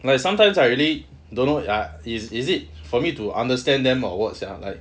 like sometimes I really don't know ah is it for me to understand them the work sia